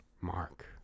Mark